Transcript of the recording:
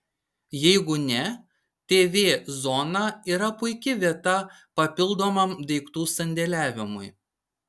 jeigu ne tv zona yra puiki vieta papildomam daiktų sandėliavimui